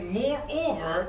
moreover